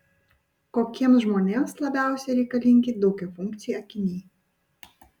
kokiems žmonėms labiausiai reikalingi daugiafunkciai akiniai